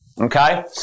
okay